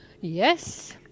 Yes